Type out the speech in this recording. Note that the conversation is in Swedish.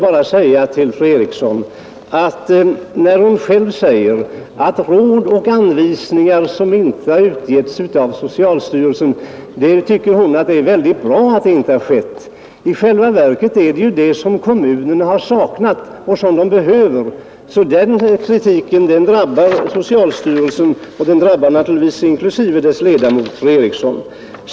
Fru Eriksson anser att det är bra att socialstyrelsen inte gett ut råd och anvisningar, men i själva verket är det sådana som kommunerna saknat men som de behöver. Kritiken drabbar därför socialstyrelsen och även dess ledamot fru Eriksson.